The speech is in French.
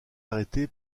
arrêté